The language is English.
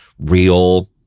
real